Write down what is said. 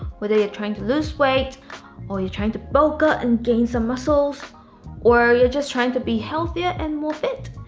whether you're trying to lose weight or you're trying to bulk up and gain some muscles or you're just trying to be healthier and more fit.